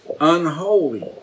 unholy